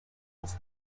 was